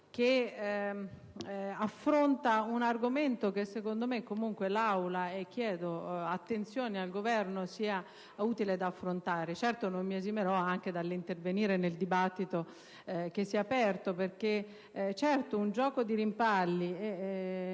G101 affronta un argomento che secondo me comunque in Aula - e chiedo attenzione al Governo - è utile esaminare; certo non mi esimerò anche dall'intervenire nel dibattito che si è aperto, perché è un gioco di rimpalli.